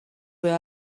were